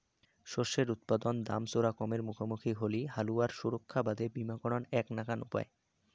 শস্যের উৎপাদন দাম চরা কমের মুখামুখি হলি হালুয়ার সুরক্ষার বাদে বীমাকরণ এ্যাক নাকান উপায়